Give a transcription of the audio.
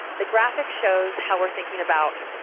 the graphic shows how we're thinking about